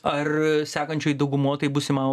ar sekančioj tai bus įmanoma